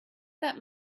that